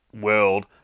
world